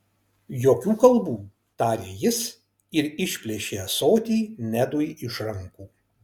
jokių kalbų tarė jis ir išplėšė ąsotį nedui iš rankų